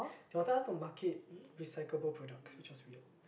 they got tell us to market recyclable products which was weird